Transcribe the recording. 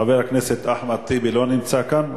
חבר הכנסת אחמד טיבי - לא נמצא כאן.